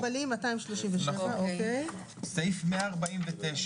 פעולות למוגבלים 237. סעיף 149